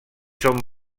són